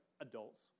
adults